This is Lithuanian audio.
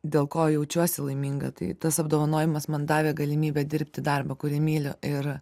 dėl ko jaučiuosi laiminga tai tas apdovanojimas man davė galimybę dirbti darbą kurį myliu ir